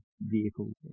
vehicle